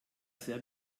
sehr